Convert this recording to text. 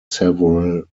several